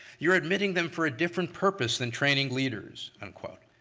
you're admitting them for a different purpose than training leaders, unquote.